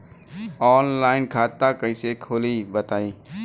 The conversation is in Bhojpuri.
आनलाइन खाता कइसे खोली बताई?